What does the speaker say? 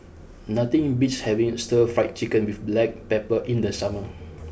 nothing beats having Stir Fried Chicken with black pepper in the summer